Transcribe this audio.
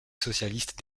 socialiste